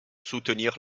soutenir